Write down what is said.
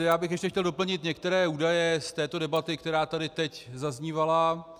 Já bych ještě chtěl doplnit některé údaje z této debaty, která tady teď zaznívala.